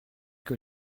que